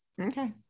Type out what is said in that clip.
Okay